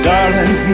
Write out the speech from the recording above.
Darling